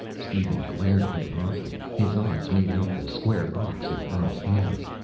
steven glared at him hotly. his eyes made out the square box in earl's hands.